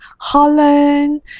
Holland